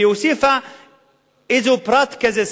והוסיפה פרט כזה,